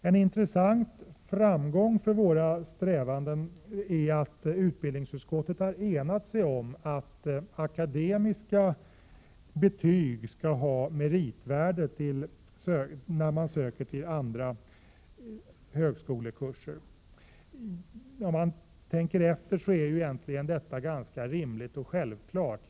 En intressant framgång för våra strävanden är att utbildningsutskottet har enats om att akademiska betyg skall ha meritvärde när man söker till andra högskolekurser. När man tänker efter är detta ganska rimligt och självklart.